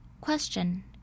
Question